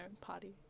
party